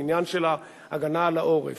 זה עניין של ההגנה על העורף.